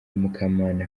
mukamana